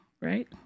right